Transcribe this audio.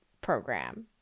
program